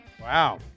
Wow